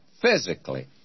physically